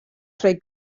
creu